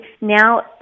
now